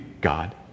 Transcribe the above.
God